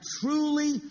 truly